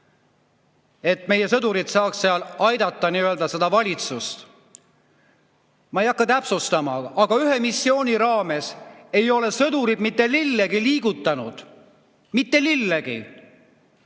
et meie sõdurid saaks aidata sealset valitsust. Ma ei hakka täpsustama, aga ühe missiooni raames ei ole sõdurid mitte lillegi liigutanud. Mitte lillegi!